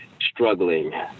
struggling